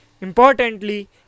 Importantly